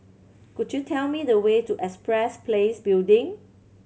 could you tell me the way to Empress Place Building